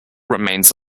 remains